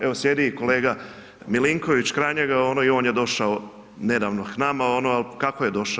Evo sjedi i kolega Milinković kraj njega i on je došao nedavno k nama, ali kako je došao.